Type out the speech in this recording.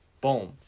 boom